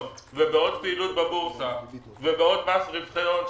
ובעוד פעילות בבורסה בעוד מס רווחי הון,